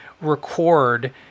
record